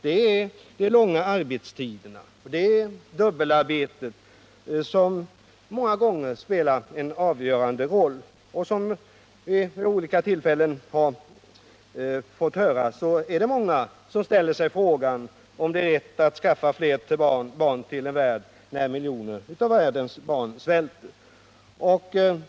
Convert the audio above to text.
Vi har de långa arbetstiderna och dubbelarbetet som många gånger spelar en avgörande roll. Vid olika tillfällen har vi fått höra att det är många som ställer sig frågan om det är rätt att skaffa fler barn till världen, när man vet att miljoner av världens barn svälter.